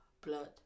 Blood